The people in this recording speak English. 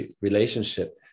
relationship